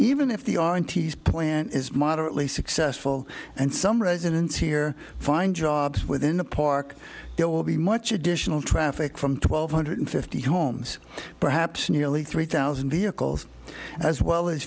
s plan is moderately successful and some residents here find jobs within the park there will be much additional traffic from twelve hundred fifty homes perhaps nearly three thousand vehicles as well as